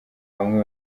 bamwe